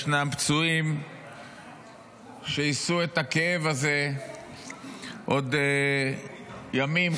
ישנם פצועים שיישאו את הכאב הזה עוד ימים,